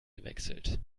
gewechselt